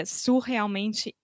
surrealmente